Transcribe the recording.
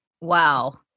Wow